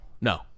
no